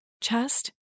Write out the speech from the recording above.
chest